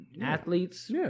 athletes